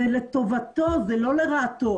זה טובתו ולא לרעתו.